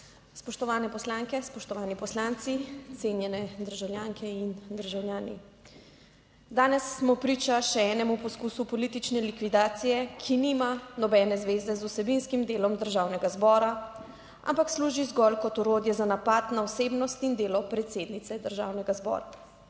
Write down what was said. Spoštovane poslanke, spoštovani poslanci, cenjene državljanke in državljani. Danes smo priča še enemu poskusu politične likvidacije, ki nima nobene zveze z vsebinskim delom Državnega zbora, ampak služi zgolj kot orodje za napad na osebnost in delo predsednice Državnega zbora.